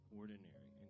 ordinary